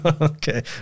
Okay